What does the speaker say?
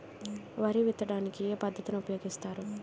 వరి విత్తడానికి ఏ పద్ధతిని ఉపయోగిస్తారు?